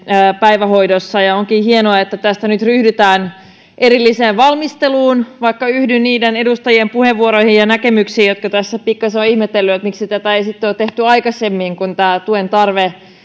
päivähoidossa onkin hienoa että tässä nyt ryhdytään erilliseen valmisteluun vaikka yhdyn niiden edustajien puheenvuoroihin ja näkemyksiin jotka tässä pikkasen ovat ihmetelleet miksei tätä sitten ole tehty aikaisemmin kun tämä tuen tarve